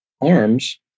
arms